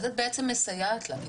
אז בעצם מסייעת להן,